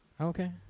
Okay